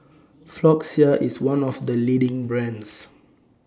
Floxia IS one of The leading brands